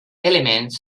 elements